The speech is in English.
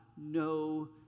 no